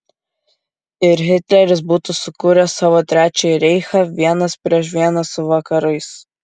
ir hitleris būtų sukūręs savo trečiąjį reichą vienas prieš vieną su vakarais